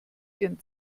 ihren